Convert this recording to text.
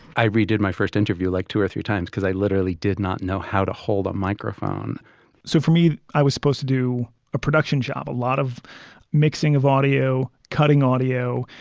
i redid my first interview like two or three times because i literally did not know how to hold a microphone so for me, i was supposed to do a production job, a lot of mixing of audio, cutting audio.